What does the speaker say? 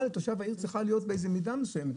לתושב העיר צריכה להיות באיזה מידה מסוימת.